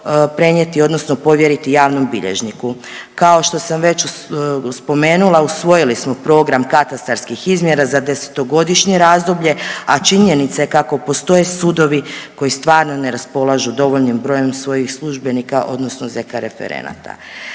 prenijeti odnosno povjeriti javnom bilježniku. Kao što sam već spomenula usvojili smo program katastarskih izmjera za desetogodišnje razdoblje, a činjenica je kako postoje sudovi koji stvarno ne raspolažu dovoljnim brojem svojih službenika odnosno ZK referenata.